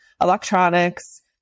electronics